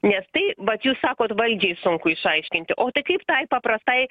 nes tai vat jūs sakot valdžiai sunku išaiškinti o tai kaip tai paprastai